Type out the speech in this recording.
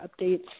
updates